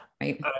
Right